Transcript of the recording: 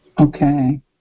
Okay